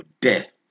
death